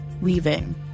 leaving